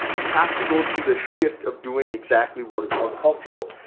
you have to go through the shift of doing exactly what is uncomfortable.